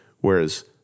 Whereas